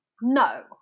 no